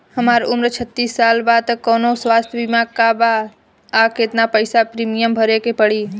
हमार उम्र छत्तिस साल बा त कौनों स्वास्थ्य बीमा बा का आ केतना पईसा प्रीमियम भरे के पड़ी?